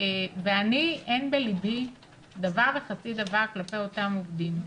אני אין בליבי דבר וחצי דבר כלפי אותם עובדים.